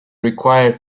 required